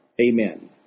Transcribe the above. amen